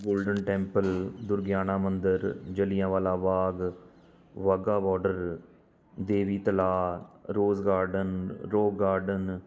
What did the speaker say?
golden temple Durgiana Mandir Jallianwala Bagh Wagah border Devi Talab rose garden rock garden